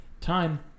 time